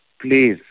please